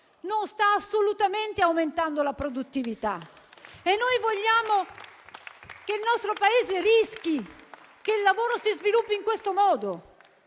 non sta assolutamente aumentando la produttività? E noi vogliamo che il nostro Paese rischi che il lavoro si sviluppi in questo modo?